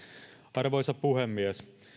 arvoisa puhemies